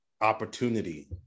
opportunity